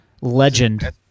legend